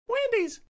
Wendy's